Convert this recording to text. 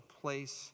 place